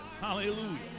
hallelujah